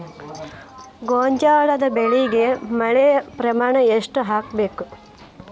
ಗೋಂಜಾಳ ಬೆಳಿಗೆ ಮಳೆ ಪ್ರಮಾಣ ಎಷ್ಟ್ ಆಗ್ಬೇಕ?